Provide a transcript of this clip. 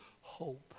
hope